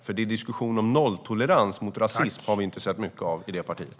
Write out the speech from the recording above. Någon diskussion om nolltolerans mot rasism har vi inte sett mycket av i det partiet.